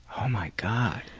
oh my god.